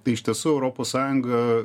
tai iš tiesų europos sąjunga